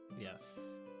Yes